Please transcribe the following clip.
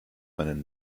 meine